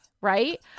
right